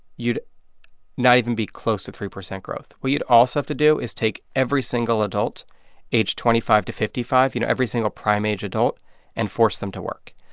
you'd not even be close to three percent growth. what you'd also have to do is take every single adult age twenty five to fifty five, you know, every single prime-age adult and force them to work.